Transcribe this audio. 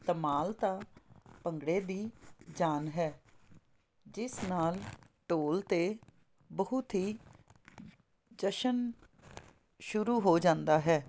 ਧਮਾਲ ਤਾਂ ਭੰਗੜੇ ਦੀ ਜਾਨ ਹੈ ਜਿਸ ਨਾਲ ਢੋਲ 'ਤੇ ਬਹੁਤ ਹੀ ਜਸ਼ਨ ਸ਼ੁਰੂ ਹੋ ਜਾਂਦਾ ਹੈ